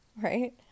Right